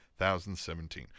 2017